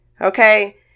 Okay